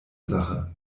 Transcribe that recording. sache